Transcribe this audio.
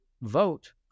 vote